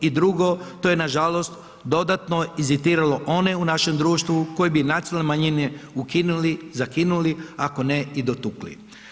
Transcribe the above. I drugo, to je nažalost dodatno ... one u našem društvu koje bi nacionalne manjine ukinuli, zakinuli ako ne i dotukli.